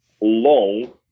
long